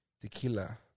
tequila